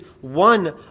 one